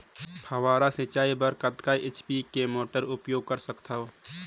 फव्वारा सिंचाई बर कतका एच.पी के मोटर उपयोग कर सकथव?